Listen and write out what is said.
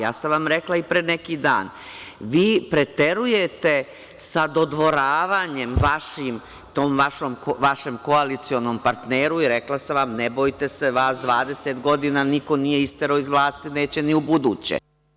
Rekla sam vam i pre neki dan, vi preterujete sa dodvoravanjem vašim koalicionom partneru i rekla sam vam – ne bojte se, vas 20 godina niko nije isterao iz vlasti, neće ni ubuduće.